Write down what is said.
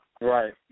right